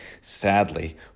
Sadly